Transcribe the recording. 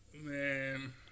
Man